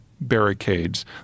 barricades